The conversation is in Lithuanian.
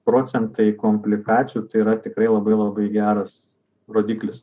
procentai komplikacijų tai yra tikrai labai labai geras rodiklis